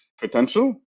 potential